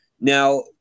now